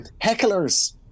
hecklers